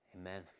Amen